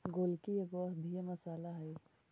गोलकी एगो औषधीय मसाला हई